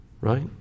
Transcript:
Right